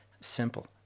simple